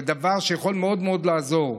זה דבר שיכול מאוד לעזור.